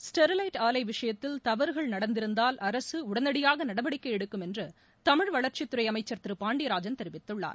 Sterlite ஆலை விஷயத்தில் தவறுகள் நடந்திருந்தால் அரசு உடனடியாக நடவடிக்கை எடுக்கும் என்று தமிழ் வளர்ச்சித் துறை அமைச்சர் திரு பாண்டியராஜன் தெரிவித்துள்ளார்